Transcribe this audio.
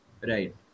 Right